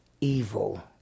evil